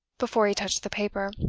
before he touched the paper.